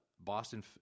boston